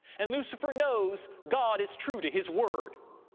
and lucifer knows god is true to his word.